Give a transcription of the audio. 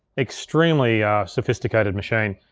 extremely sophisticated machine.